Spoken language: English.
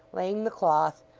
laying the cloth,